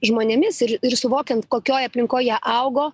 žmonėmis ir ir suvokiant kokioj aplinkoj jie augo